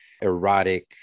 erotic